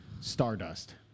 Stardust